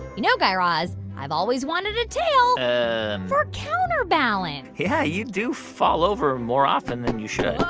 you know, guy raz, i've always wanted a tail for counter balance yeah, you do fall over more often than you should